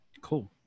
Cool